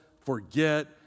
forget